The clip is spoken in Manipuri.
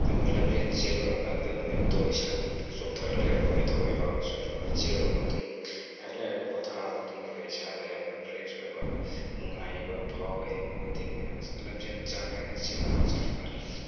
ꯑꯩꯈꯣꯏ ꯂꯝꯖꯦꯜ ꯆꯦꯜꯂꯨꯔꯀꯥꯟꯗ ꯅꯨꯃꯤꯠꯇꯨ ꯏꯁꯥ ꯆꯣꯛꯊꯔ ꯂꯩꯔꯝꯕ ꯀꯩꯗꯧꯕ ꯌꯥꯎꯔꯁꯨ ꯂꯝꯖꯦꯜ ꯆꯦꯜꯂꯨꯔꯕ ꯃꯇꯨꯡ ꯉꯥꯏꯍꯥꯛ ꯂꯩꯔꯒ ꯄꯣꯊꯥꯔꯕ ꯃꯇꯨꯡꯗ ꯏꯁꯥꯗ ꯌꯥꯝꯅ ꯐ꯭ꯔꯦꯁ ꯑꯣꯏꯕ ꯅꯨꯡꯉꯥꯏꯕ ꯐꯥꯎꯋꯦ ꯑꯃꯗꯤ ꯂꯝꯖꯦꯜ ꯆꯥꯡ ꯅꯥꯏꯅ ꯆꯦꯟꯕꯅ ꯍꯛꯆꯥꯡ ꯐꯍꯜꯂꯤ